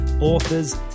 authors